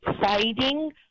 fighting